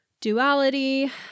duality